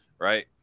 right